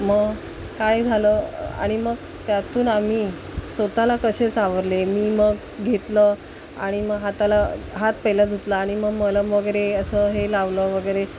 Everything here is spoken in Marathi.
मग काय झालं आणि मग त्यातून आम्ही स्वतःला कसे सावरले मी मग घेतलं आणि मग हाताला हात पहिला धुतला आणि मग मलम वगैरे असं हे लावलं वगैरे